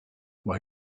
why